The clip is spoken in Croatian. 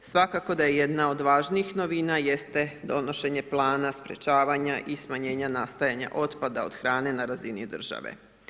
Svakako da je jedna od važnijih novina jeste donošenje plana sprečavanja i smanjenja nastajanja otpada od hrane na razini države.